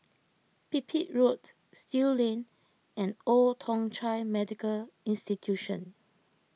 Pipit Road Still Lane and Old Thong Chai Medical Institution